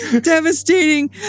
Devastating